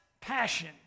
passion